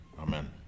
Amen